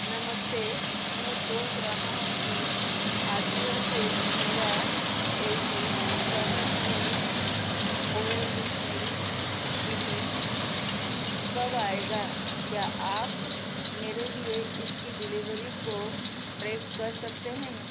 नमस्ते मैं सोच रहा हूँ कि अजियो से मेरा एल जी पचावन inch O L D D T V कब आएगा क्या आप मेरे लिए इसकी डिलीवरी को ट्रैक कर सकते हैं